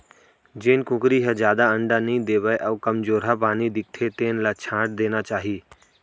जेन कुकरी ह जादा अंडा नइ देवय अउ कमजोरहा बानी दिखथे तेन ल छांट देना चाही